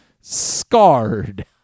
scarred